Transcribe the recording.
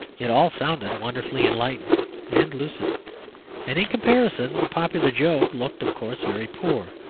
it all sounded wonderfully enlightened and lucid and in comparison the popular joke looked, of course, very poor.